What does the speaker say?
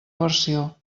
versió